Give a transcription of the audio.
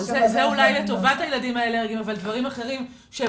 זה אולי לטובת הילדים האלרגיים אבל דברים אחרים שהם